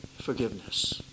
forgiveness